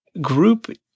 group